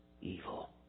evil